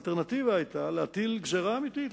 האלטרנטיבה היתה להטיל גזירה אמיתית,